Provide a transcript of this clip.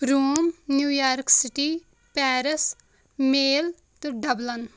room New York City Paris میل تہٕ Dublin